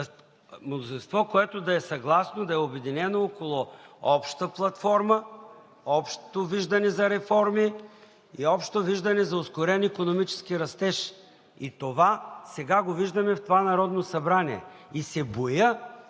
мнозинство, което да е съгласно, да е обединено около обща платформа, общо виждане за реформи и общо виждане за ускорен икономически растеж. Това сега го виждаме в това Народно събрание и се боя,